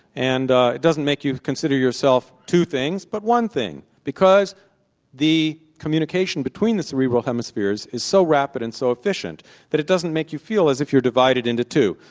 and ah it doesn't make you consider yourself two things but one thing, because the communication between the cerebral hemispheres is so rapid and so efficient that it doesn't make you feel as if you're divided into two.